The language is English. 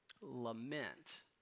Lament